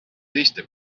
teiste